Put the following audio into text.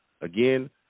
Again